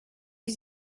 yüz